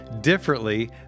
differently